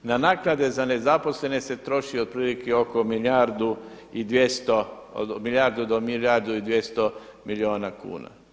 Na naknade za nezaposlene se troši otprilike oko milijardu i 200, od milijardu do milijardu i 200 milijuna kuna.